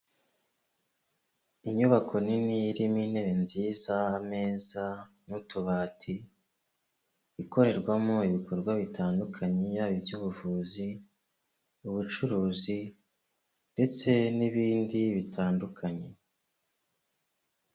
Inyubako nini irimo intebe nziza, ameza n'utubati, ikorerwamo ibikorwa bitandukanye yaba iby'ubuvuzi, ubucuruzi ndetse n'ibindi bitandukanye.